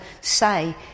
say